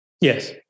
Yes